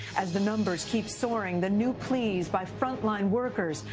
as the numbers keep soaring, the new pleas by front line workers,